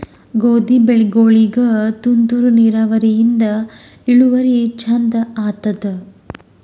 ಗೋಧಿ ಬೆಳಿಗೋಳಿಗಿ ತುಂತೂರು ನಿರಾವರಿಯಿಂದ ಇಳುವರಿ ಚಂದ ಆತ್ತಾದ?